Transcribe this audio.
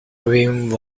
greene